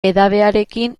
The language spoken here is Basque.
edabearekin